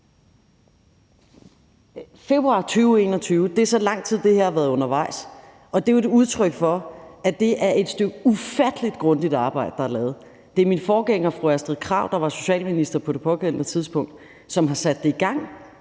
Februar 2021 – det er så lang tid, det her har været undervejs, og det er jo et udtryk for, at det er et stykke ufattelig grundigt arbejde, der er lavet. Det er min forgænger, fru Astrid Krag, der var socialminister på det pågældende tidspunkt, som har sat det i gang,